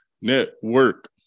Network